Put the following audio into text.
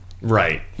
Right